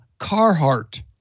Carhartt